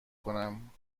کنم